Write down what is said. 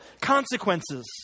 consequences